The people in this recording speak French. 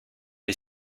les